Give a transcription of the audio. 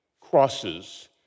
crosses